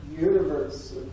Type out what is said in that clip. Universe